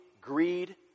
greed